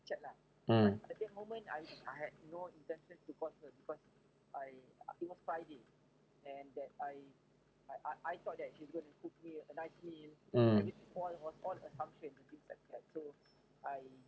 mm mm